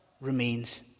remains